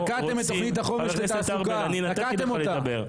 תקעתם אותה.